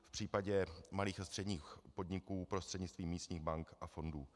V případě malých a středních podniků prostřednictvím místních bank a fondů.